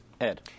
Ed